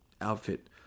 outfit